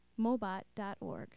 mobot.org